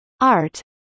art